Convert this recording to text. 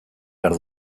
behar